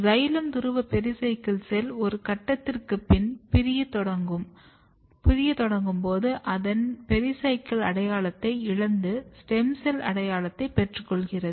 xylem துருவ pericycle cell ஒரு கட்டத்திற்கு பின் பிரிய தொடங்கும் போது அதன் பெரிசைக்கிள் அடையாளத்தை இழந்து ஸ்டெம் செல் அடையாளத்தை பெற்றுக்கொள்கிறது